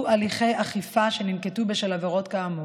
הליכי אכיפה שננקטו בשל עבירות כאמור.